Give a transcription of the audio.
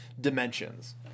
dimensions